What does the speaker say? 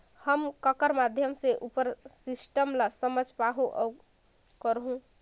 हम ककर माध्यम से उपर सिस्टम ला समझ पाहुं और करहूं?